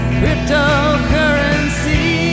cryptocurrency